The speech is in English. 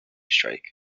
strike